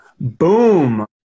boom